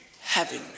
heaven